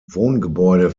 wohngebäude